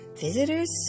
visitors